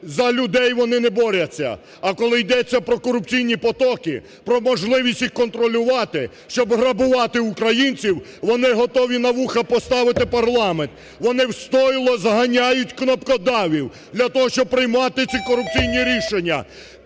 За людей вони не борються, а коли йдеться про корупційні потоки, про можливість їх контролювати, щоб грабувати українців, вони готові "на вуха поставити" парламент, вони в "стойло зганяють" кнопкодавів для того, щоб приймати ці корупційні рішення.